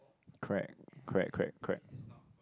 correct correct correct correct